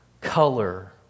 color